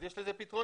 אז יש לזה פתרונות.